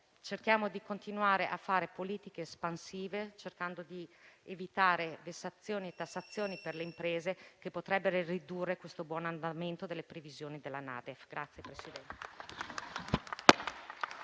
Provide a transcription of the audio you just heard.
Cerchiamo di continuare a fare politiche espansive, cercando di evitare vessazioni e tassazioni per le imprese che potrebbero ridurre questo buon andamento delle previsioni della NADEF.